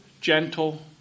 gentle